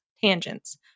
tangents